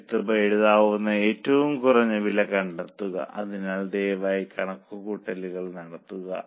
എടുത്ത് എഴുതാവുന്ന ഏറ്റവും കുറഞ്ഞ വില കണ്ടെത്തുക അതിനാൽ ദയവായി കണക്കുകൂട്ടൽ നടത്തുക